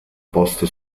posto